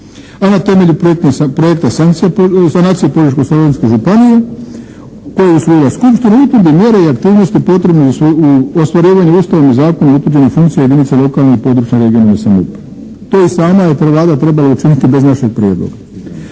a na temelju projekta sanacije Požeško-slavonske županije koju je usvojila skupština utvrdi mjere i aktivnosti potrebne za ostvarivanje Ustavom i zakonom utvrđene funkcije jedinica lokalne i područne regionalne samouprave." To je i sama Vlada trebala učiniti bez našeg prijedloga.